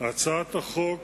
הצעת החוק